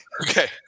okay